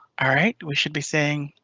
all right. we should be seeing.